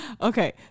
okay